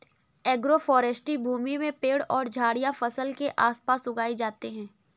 agroforestry भूमि में पेड़ और झाड़ियाँ फसल के आस पास उगाई जाते है